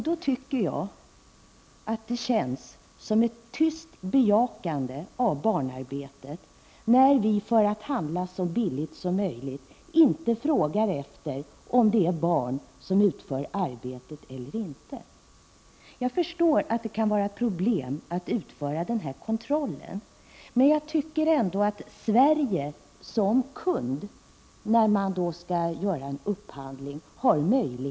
Det känns som ett tyst bejakande av barnarbetet när vi för att handla så billigt som möjligt inte frågar efter om det är barn som utför arbetet. Jag förstår att det kan vara ett problem att utföra en kontroll, men Sverige har som kund möjlighet att ställa krav när man skall göra en upphandling.